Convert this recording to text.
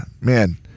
man